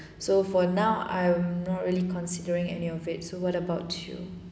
so for now I'm not really considering any of it so what about you